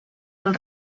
del